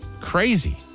Crazy